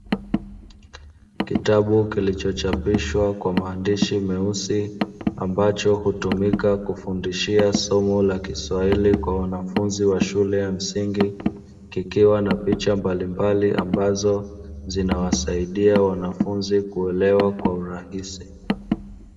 Kitabu kilichochapishwa kwa maandishi meusi, ambacho hutumika kufundishia somo la kiswahili kwa wanafunzi wa shule ya msingi, kikiwa na picha mbalimbali ambazo zinawasaidia wanafunzi kuelewa kwa urahisi.